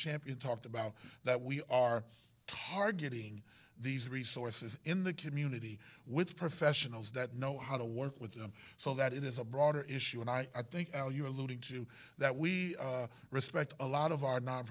champion talked about that we are targeting these resources in the community with professionals that know how to work with them so that it is a broader issue and i think you're alluding to that we respect a lot of our